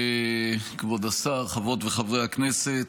כבוד השר, חברות וחברי הכנסת,